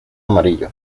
amarillo